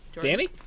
Danny